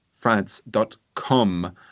france.com